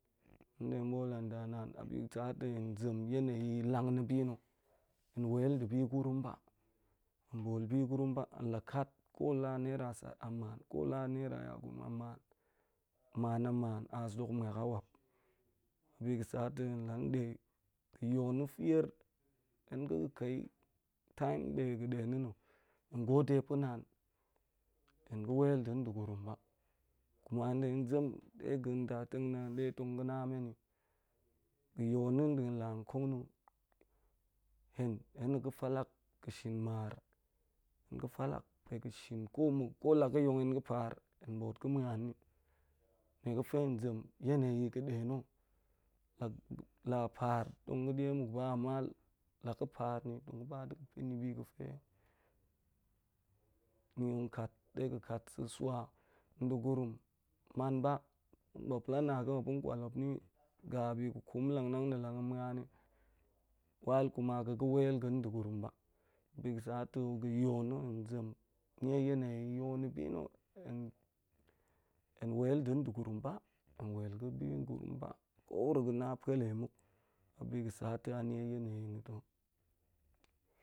Hen ɗe bo̱o̱l an da naanm abi ga̱ sa to henb zem yane yi lang na̱ bi na̱, hen wel nɗe bi gurum ba, hen bool bi gurum a, hen la kat ko la nera sar an man, ko la a nera ya gurum an man man an man aas dok muak hawap, biga̱ sa to hen la ɗe, ga̱ yol na̱ fier hen ga̱ ga̱ kai time na̱ ga̱ de na̱n na̱. Hen gode pa̱ naan, hen ga̱ wel nɗe gurum ba, kuma hen ɗe zem ɗe ga̱n nda teng naan de tong ga̱ na men yi. Ga̱ yol na̱ da̱a̱n la nkong na̱, hen, hen a ga̱ falak ga̱ shin mar, hen ga̱ falak ɗe ga̱ shin koma̱ ko la ga̱ yong hen ga̱ par, hen bo̱o̱t ga̱ muan ni, nie ga̱fe hen zem yane yi ga̱ɗe na la par tong ga̱ dya muk ba ama la ga̱ par ni tong ga̱ ɗe ga̱ pa̱ na̱ bi ga̱fe na̱ kat ɗe ga̱ kat sa̱ sua. Nɗe gurum man ba, muap la na̱ ga̱ muap tong kwal muap yin ga̱ bi ga̱ kum lang nang na̱ lang muap ni. While kuma ga̱ ga̱ wel da̱n ɗe gurum ba. Bi ga̱ sa to ga̱ yo na̱ hen zem nie yane yi yol na̱ bi na̱, hen wel nɗe degurum ba, he wel ga̱ bi gurum ba, ko wuro ga̱ na pa̱ le muk, a bi ga̱ sa to a nie yane yi na̱ to